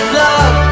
love